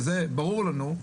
וזה ברור לנו,